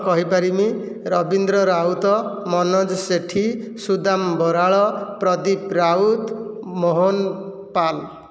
କହିପାରମି Rabindra Raut Manoj Sethi Sudam Baral Pradeep Raut Mohan Pal